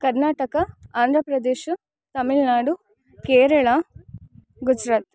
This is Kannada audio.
ಕರ್ನಾಟಕ ಆಂಧ್ರ ಪ್ರದೇಶ ತಮಿಳ್ನಾಡು ಕೇರಳ ಗುಜರಾತ್